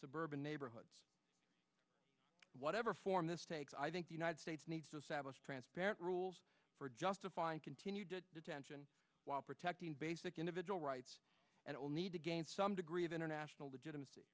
suburban neighborhoods whatever form this takes i think the united states needs transparent rules for justifying continued detention while protecting basic individual rights and all need to gain some degree of international legitimacy